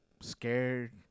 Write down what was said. scared